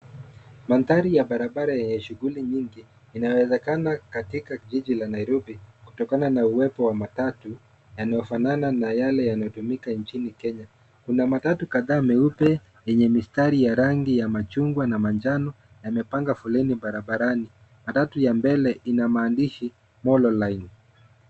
Mandhari ya barabara yenye shughuli nyingi, inawezekana katika jiji la Nairobi kutokana na uwepo wa matatu, yaliyofanana na yale yanatumika nchini Kenya. Kuna matatu kadhaa meupe yenye mistari ya rangi ya machungwa na manjano yamepanga foleni barabarani. Matatu ya mbele ina maandishi Molo Line.